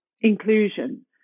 inclusion